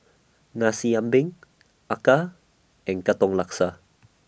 Nasi Ambeng Acar and Katong Laksa